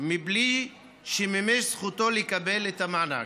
מבלי שמימש זכותו לקבל את המענק.